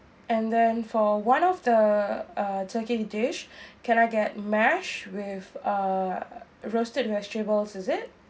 and then for one of the uh turkey dish can I get mash with uh roasted vegetables is it